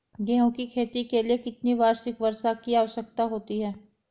गेहूँ की खेती के लिए कितनी वार्षिक वर्षा की आवश्यकता होती है?